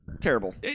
Terrible